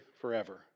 forever